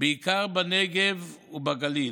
בעיקר בנגב ובגליל.